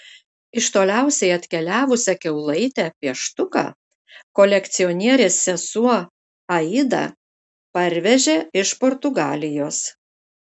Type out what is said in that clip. iš toliausiai atkeliavusią kiaulaitę pieštuką kolekcionierės sesuo aida parvežė iš portugalijos